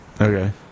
Okay